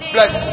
Bless